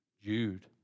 Jude